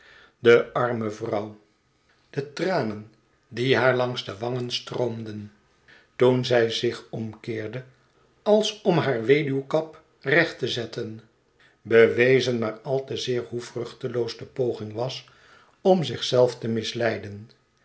de arme vrouw de tranen die haar langs de wangen stroomden toen zij zich om keerde als om haar weduwkap recht te zetten bewezen maar al te zeer hoe vruchteloos de poging was om zich zelf te misleiden